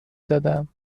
زدم